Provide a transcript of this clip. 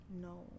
No